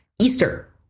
Easter